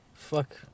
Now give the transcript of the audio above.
Fuck